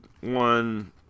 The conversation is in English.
one